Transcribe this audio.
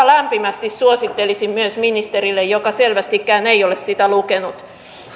lämpimästi suosittelisin myös ministerille joka selvästikään ei ole sitä lukenut